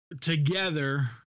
together